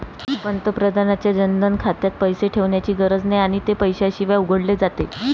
पंतप्रधानांच्या जनधन खात्यात पैसे ठेवण्याची गरज नाही आणि ते पैशाशिवाय उघडले जाते